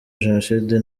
jenoside